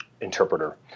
interpreter